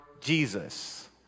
Jesus